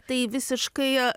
tai visiškai